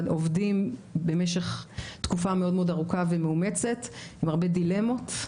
עובדים במשך תקופה מאוד מאוד ארוכה ומאומצת עם הרבה דילמות.